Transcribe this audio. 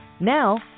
Now